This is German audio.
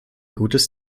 gutes